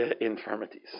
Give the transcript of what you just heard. infirmities